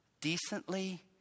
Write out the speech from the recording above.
Decently